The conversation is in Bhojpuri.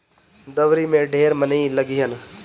दँवरी में ढेर मनई लगिहन